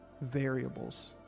variables